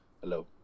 hello